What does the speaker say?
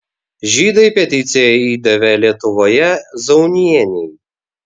žydai peticiją įdavė lietuvoje zaunienei